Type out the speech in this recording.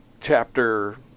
chapter